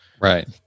Right